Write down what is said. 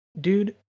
dude